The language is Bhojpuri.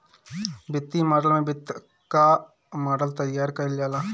वित्तीय मॉडल में वित्त कअ मॉडल तइयार कईल जाला